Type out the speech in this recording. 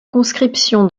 conscription